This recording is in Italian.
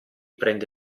prende